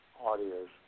audios